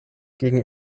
gegen